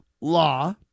law